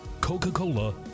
coca-cola